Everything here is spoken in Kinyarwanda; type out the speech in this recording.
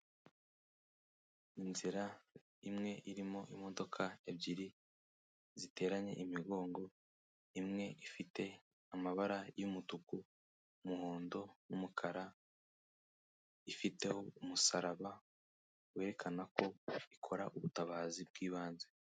Inzira imwe irimo imodoka ebyiri ziteranye imigongo, imwe ifite amabara y'umutuku, umuhondo n'umukara, ifiteho umusaraba, werekana ko ikora ubutabazi bw'ibanze.